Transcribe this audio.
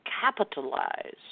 capitalize